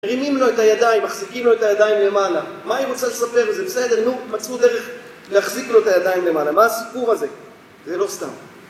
מרימים לו את הידיים, מחזיקים לו את הידיים למעלה. מה היא רוצה לספר? זה בסדר, נו, מצאו דרך להחזיק לו את הידיים למעלה. מה הסיפור הזה? זה לא סתם.